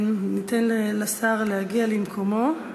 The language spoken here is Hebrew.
ניתן לשר להגיע למקומו.